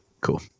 cool